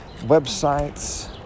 websites